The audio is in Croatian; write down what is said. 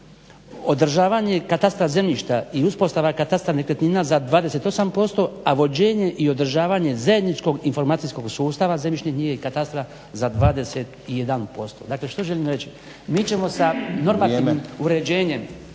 Održavanje katastra zemljišta i uspostava Katastra nekretnina za 28%, a vođenje i održavanje zajedničkog informacijskog sustava zemljišne knjige i katastra za 21%. Dakle, što želim reći. Mi ćemo sa normativnim uređenjem